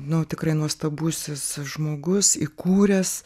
nu tikrai nuostabusis žmogus įkūręs